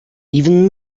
even